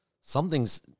Something's